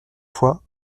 fois